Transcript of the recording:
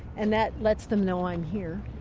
and that lets them know i'm here.